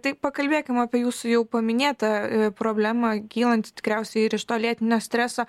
tai pakalbėkim apie jūsų jau paminėtą problemą kylanti tikriausiai ir iš to lėtinio streso